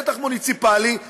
שטח מוניציפלי,